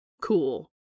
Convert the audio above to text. Cool